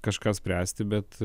kažką spręsti bet